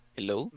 Hello